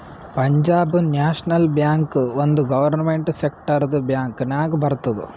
Punjab National Bank ಒಂದ್ government ಸೆಕ್ಟರ್ದು bank ನಾಗ್ ಬರ್ತುದ್